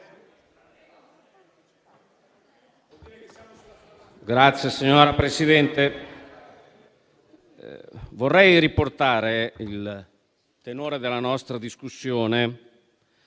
Signora Presidente, vorrei riportare il tenore della nostra discussione